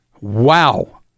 wow